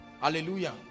hallelujah